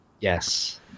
Yes